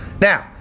Now